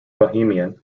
bahamian